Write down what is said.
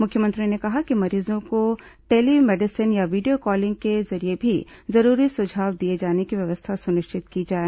मुख्यमंत्री ने कहा कि मरीजों को टेली मेडिसीन या वीडियो कॉलिंग के जरिये भी जरूरी सुझाव दिए जाने की व्यवस्था सुनिश्चित की जाए